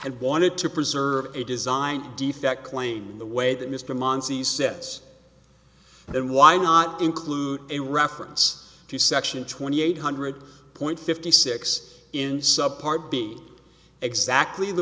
had wanted to preserve a design defect claim in the way that mr monsey sets then why not include a reference to section twenty eight hundred point fifty six in sub par be exactly the